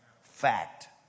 Fact